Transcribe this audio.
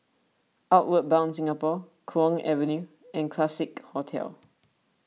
Outward Bound Singapore Kwong Avenue and Classique Hotel